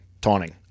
Taunting